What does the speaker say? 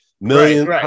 millions